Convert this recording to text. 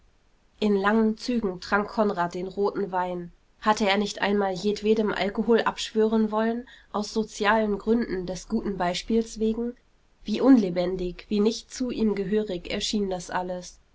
in langen zügen trank konrad den roten wein hatte er nicht einmal jedwedem alkohol abschwören wollen aus sozialen gründen des guten beispiels wegen wie unlebendig wie nicht zu ihm gehörig erschien das alles